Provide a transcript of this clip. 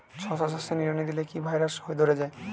শশা চাষে নিড়ানি দিলে কি ভাইরাস ধরে যায়?